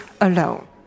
alone